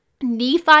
Nephi